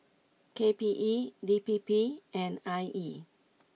K P E D P P and I E